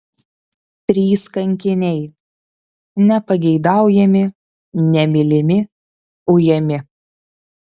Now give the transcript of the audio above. trys kankiniai nepageidaujami nemylimi ujami